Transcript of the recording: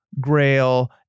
Grail